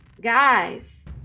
Guys